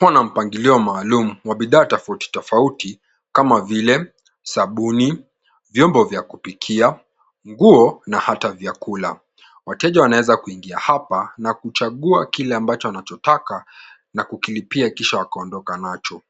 huwa na mpangilio maalumu wa bidhaa tofauti tofauti kama vile, sabuni, vyombo vya kupikia, nguo na hata vyakula. Wateja wanaweza kuingia hapa na kuchagua kile ambacho anachotaka na kukilipia kisha akaondoka nacho.